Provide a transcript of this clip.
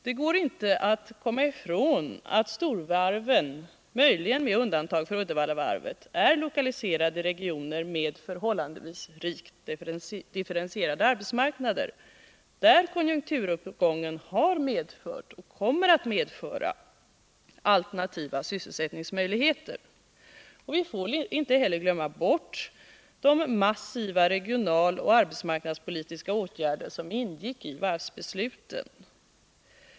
Det går inte att komma ifrån att storvarven, möjligen med undantag av Uddevallavarvet, är lokaliserade till regioner med förhållandevis rikt differentierade arbetsmarknader, där konjunkturuppgången har medfört och kommer att medföra alternativa sysselsättningsmöjligheter. Vi får inte heller glömma bort de massiva regionaloch arbetsmarknadspolitiska åtgärder som ingick i varvsbeslutet.